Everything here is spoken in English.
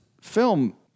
film